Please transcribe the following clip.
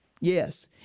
Yes